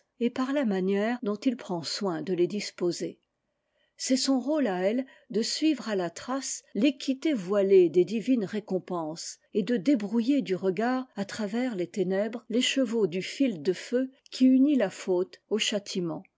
et par la manière dont il prend soin de les disposer c'est son rote à elle de suivre à la trace l'équité voilée des divines récompenses et de débrouiller du regard à travers les ténèbres l'écheveau du fil de feu qui unit la faute au châtiment